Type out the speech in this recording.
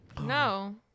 No